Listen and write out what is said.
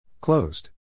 Closed